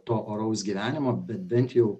to oraus gyvenimo bet bent jau